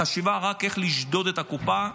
החשיבה רק איך לשדוד את הקופה,